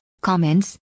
comments